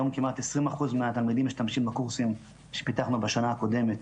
היום כמעט 20% מהתלמידים משתמשים בקורסים שפיתחנו בשנה הקודמת,